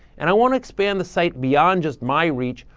and i wanna expand the site beyond just my reach.